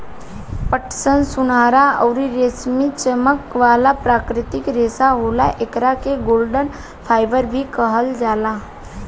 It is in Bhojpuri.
पटसन सुनहरा अउरी रेशमी चमक वाला प्राकृतिक रेशा होला, एकरा के गोल्डन फाइबर भी कहल जाला